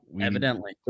evidently